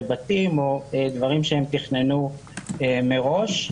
לבתים או דברים שהם תכננו מראש,